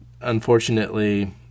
unfortunately